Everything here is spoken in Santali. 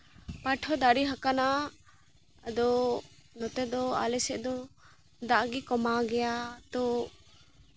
ᱯᱟᱴ ᱦᱚᱸ ᱫᱟᱨᱮ ᱟᱠᱟᱱᱟ ᱟᱫᱚ ᱱᱚᱛᱮ ᱫᱚ ᱟᱞᱮ ᱥᱮᱫ ᱫᱚ ᱫᱟᱜ ᱜᱮ ᱠᱚᱢᱟᱣ ᱜᱮᱭᱟ ᱛᱚ